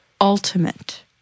ultimate